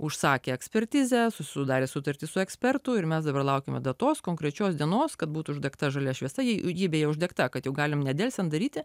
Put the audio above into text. užsakė ekspertizę sudarė sutartį su ekspertu ir mes dabar laukiame datos konkrečios dienos kad būtų uždegta žalia šviesa jei ji beje uždegta kad jau galime nedelsiant daryti